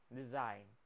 design